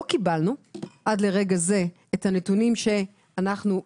קיבלנו עד לרגע זה את הנתונים שאנחנו דרשנו.